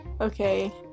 Okay